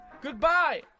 Goodbye